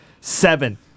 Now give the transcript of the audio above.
Seven